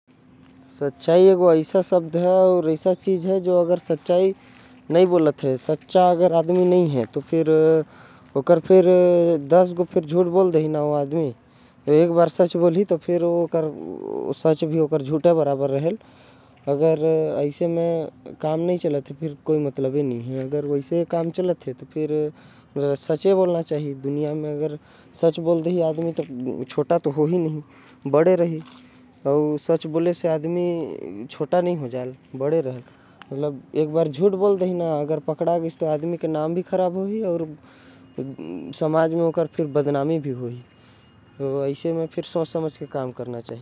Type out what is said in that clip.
सच्चाई ऐसा शब्द है और ऐसा चीज है जो सच नही बोलथ है। तो सच्चा आदमी नही है झूठ बोलथ है। तो ओकर कोई इज्जत नही होथे अउ। ओकर सच के भी लोग झूठ मानथे। एकर बर सच बोले के चाही। सच बोलेले आदमी छोटा नही हो जाथे।